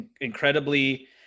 incredibly